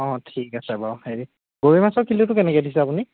অঁ ঠিক আছে বাৰু হেৰি গৰৈ মাছৰ কিলোটো কেনেকৈ দিছে আপুনি